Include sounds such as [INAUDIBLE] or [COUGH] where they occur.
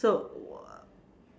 so [NOISE]